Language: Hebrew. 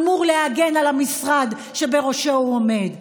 אמור להגן על המשרד שבראשו הוא עומד,